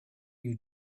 you